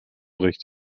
recht